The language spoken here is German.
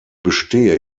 bestehe